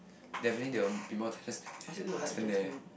definitely there will be more time just spent there uh spent there